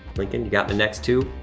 lincoln, you got the next two?